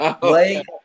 Blake